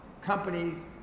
companies